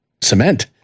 cement